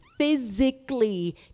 Physically